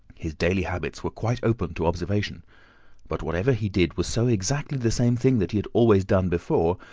his daily habits were quite open to observation but whatever he did was so exactly the same thing that he had always done before,